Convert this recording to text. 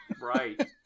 Right